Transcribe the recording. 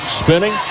spinning